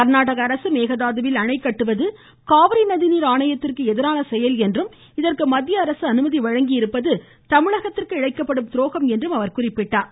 கர்நாடக அரசு மேகதாதுவில் அணை கட்டுவது காவிரி நதிநீர் ஆணையத்திற்கு எதிரானது என்றும் இதற்கு மத்திய அரசு அனுமதி வழங்கியிருப்பது தமிழகத்திற்கு இழைக்கப்படும் துரோகம் என்றும் அவர் கூறினார்